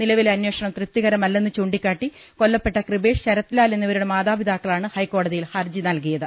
നിലവിലെ അന്വേഷണം തൃപ്തികരമല്ലെന്ന് ചൂണ്ടിക്കാട്ടി കൊല്ലപ്പെട്ട കൃപേഷ് ശരത് ലാൽ എന്നിവരുടെ മാതാപിതാക്കളാണ് ഹൈക്കോടതിയിൽ ഹർജി നൽകിയത്